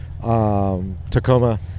Tacoma